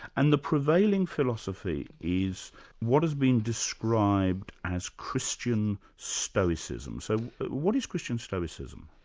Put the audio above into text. and the prevailing philosophy is what has been described as christian stoicism. so what is christian stoicism?